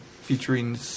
Featuring